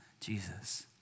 Jesus